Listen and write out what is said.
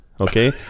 Okay